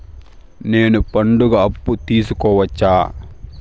నేను పండుగ అప్పు తీసుకోవచ్చా?